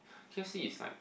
K_F_C is like